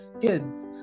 kids